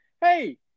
hey